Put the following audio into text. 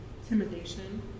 intimidation